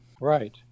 Right